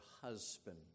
husband